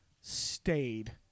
stayed